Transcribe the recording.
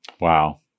Wow